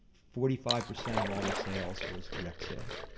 forty five percent of all their sales was direct sales.